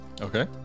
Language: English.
okay